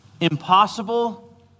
Impossible